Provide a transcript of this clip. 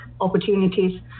opportunities